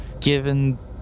given